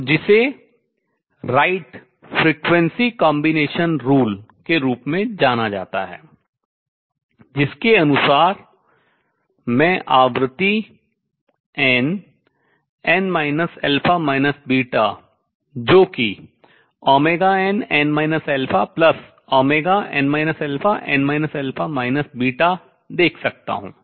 तो जिसे Rite frequency combination rule आवृत्ति संयोजन नियम के रूप में जाना जाता है जिसके अनुसार मैं आवृत्ति nn जो कि nn n n देख सकता हूँ